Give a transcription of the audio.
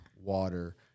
water